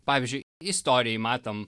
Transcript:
pavyzdžiui istorijoj matom